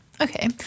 Okay